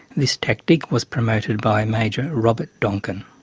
this tactic was promoted by major robert donkin.